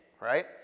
right